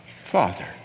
father